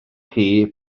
chi